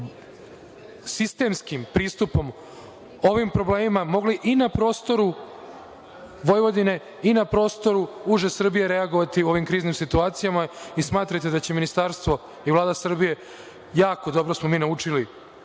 sistemskim pristupom ovim problemima mogli i na prostoru Vojvodine i na prostoru uže Srbije reagovati u ovim kriznim situacijama. Smatrajte da će Ministarstvo i Vlada Srbije, jako dobro smo mi naučili